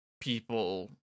people